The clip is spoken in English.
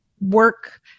work